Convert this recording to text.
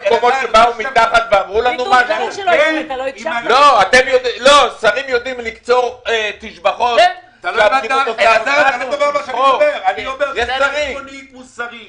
שרים יודעים לקצור תשבחות --- אני אומר מוסרית